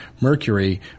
Mercury